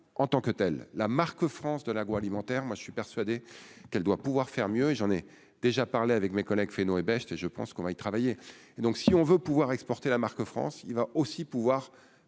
en tant que telle, la marque France de l'agroalimentaire, moi je suis persuadé qu'elle doit pouvoir faire mieux et j'en ai déjà parlé avec mes collègues Faynot et Best et je pense qu'on va y travailler et donc, si on veut pouvoir exporter la marque France il va aussi pouvoir